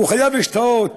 הוא חייב להשתהות